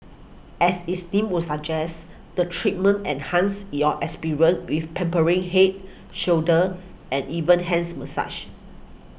as its deem would suggest the treatment enhances your experience with pampering head shoulder and even hands massage